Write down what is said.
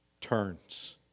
turns